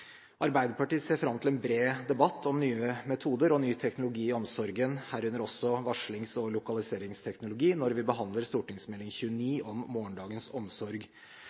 Arbeiderpartiet ser fram til en bred debatt om nye metoder og ny teknologi i omsorgen, herunder også varslings- og lokaliseringsteknologi, når vi behandler Meld. St. 29 for 2012–2013 om morgendagens omsorg.